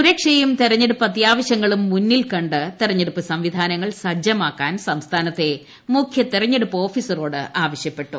സുരക്ഷയും തെരഞ്ഞെടുപ്പ് അത്യാവശ്യങ്ങളും മുന്നിൽക്കണ്ട് തെരഞ്ഞെടുപ്പ് സംവിധാനങ്ങൾ സജ്ജമാക്കാൻ സംസ്ഥാനത്തെ മുഖ്യ തെരഞ്ഞെടുപ്പ് ഓഫീസറോട് ആവശ്യപ്പെട്ടു